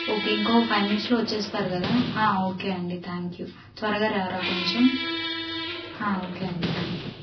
okay ఇంకో five మినిట్స్లో వచ్చేస్తారు కదా ఓకే అండి థ్యాంక్ యూ త్వరగా రారా కొంచెం ఓకే అండి థ్యాంక్ యూ